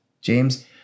James